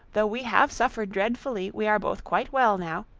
though we have suffered dreadfully, we are both quite well now,